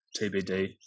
TBD